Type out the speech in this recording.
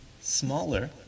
smaller